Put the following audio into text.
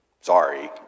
Sorry